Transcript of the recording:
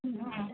हां